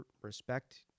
respect